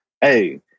Hey